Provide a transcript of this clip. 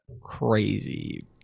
crazy